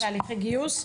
הם בתהליכי גיוס?